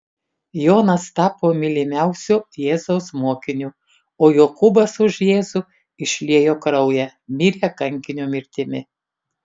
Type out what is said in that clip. jonas tapo mylimiausiu jėzaus mokiniu o jokūbas už jėzų išliejo kraują mirė kankinio mirtimi